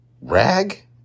Rag